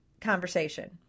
conversation